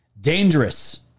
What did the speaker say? Dangerous